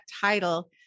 title